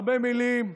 הרבה מילים,